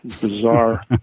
bizarre